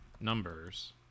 numbers